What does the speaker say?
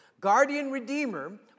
Guardian-redeemer